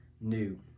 new